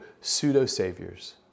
pseudo-saviors